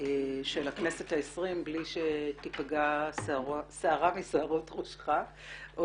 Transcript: של הכנסת ה-20 בלי שתיפגע שערה משערות ראשך או